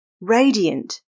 radiant